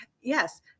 Yes